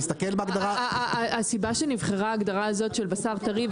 תסתכל בהגדרה --- הסיבה שנבחרה ההגדרה הזאת של בשר טרי,